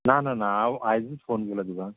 ना ना ना हांव आयजूच फोन केलो तुका